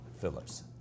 Phillips